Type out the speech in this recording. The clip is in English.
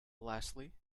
lastly